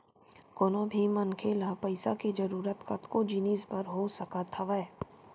कोनो भी मनखे ल पइसा के जरुरत कतको जिनिस बर हो सकत हवय